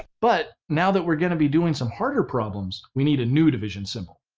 but, now that we're gonna be doing some harder problems, we need a new division symbol,